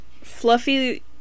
fluffy